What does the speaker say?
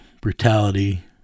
brutality